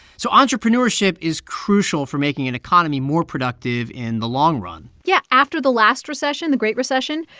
so entrepreneurship is crucial for making an economy more productive in the long run yeah. after the last recession, the great recession,